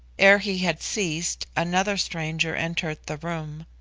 ere he had ceased another stranger entered the room.